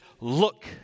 look